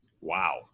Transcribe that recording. Wow